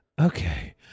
Okay